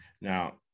Now